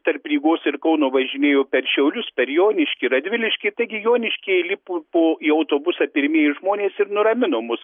tarp rygos ir kauno važinėjo per šiaulius per joniškį radviliškį taigi joniškyje įlipu po į autobusą pirmieji žmonės ir nuramino mus